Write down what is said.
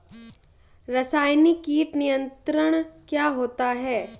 रसायनिक कीट नियंत्रण क्या होता है?